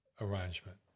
arrangement